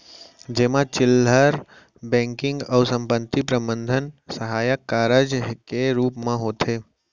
जेमा चिल्लहर बेंकिंग अउ संपत्ति प्रबंधन सहायक कारज के रूप म होथे